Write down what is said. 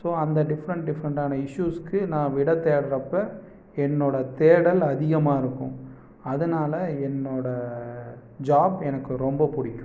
so அந்த different டிஃப்ரெண்ட்டான இஷ்யூஸ்க்கு நான் விடை தேடுறப்ப என்னோடய தேடல் அதிகமாக இருக்கும் அதனால என்னோடய ஜாப் எனக்கு ரொம்ப பிடிக்கும்